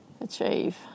achieve